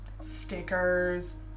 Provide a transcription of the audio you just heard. stickers